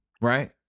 right